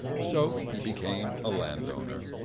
so he became a landowner,